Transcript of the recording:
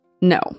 No